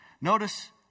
Notice